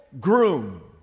groom